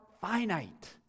finite